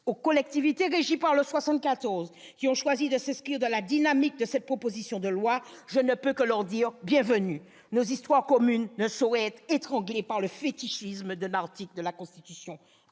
Aux collectivités régies par l'article 74 de la Constitution qui ont choisi de s'inscrire dans la dynamique de cette proposition de loi, je ne peux que dire : bienvenue ! Nos histoires communes ne sauraient être étranglées par le fétichisme d'un article de la Constitution.